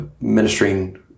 ministering